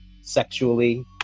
sexually